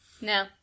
No